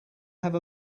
have